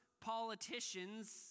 politicians